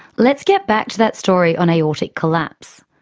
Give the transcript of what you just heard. let's get back to that story on aortic collapse.